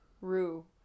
Rue